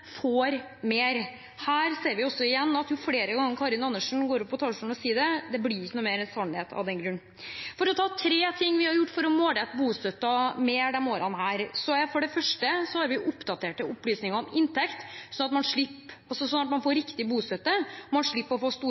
får mer. Igjen: Jo flere ganger Karin Andersen går opp på talerstolen og sier det – det blir ikke mer sant av den grunn. La meg ta tre ting vi har gjort for å målrette bostøtten mer i disse årene. For det første har vi oppdaterte opplysninger om inntekt, slik at man får riktig bostøtte og slipper å få store tilbakebetalingskrav. For det andre har man økt bostøtten til barnefamilier, og man